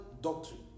doctrine